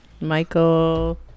Michael